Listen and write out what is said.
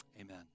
amen